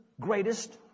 greatest